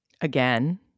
Again